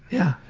yeah.